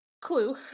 clue